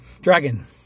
dragon